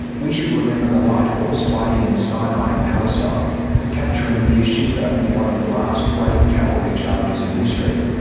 we should remember the light horse fighting in the sinai and palestine capturing beersheba in one of the last great cavalry charges in history,